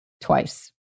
twice